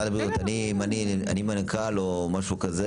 אם אני הייתי מנכ"ל או משהו כזה